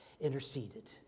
interceded